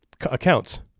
accounts